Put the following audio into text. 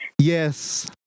Yes